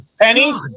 Penny